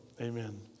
amen